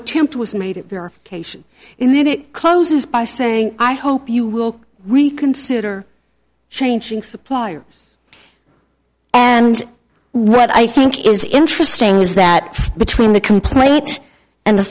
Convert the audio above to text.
attempt was made to verify cation in that it closes by saying i hope you will reconsider changing suppliers and what i think is interesting is that between the complaint and the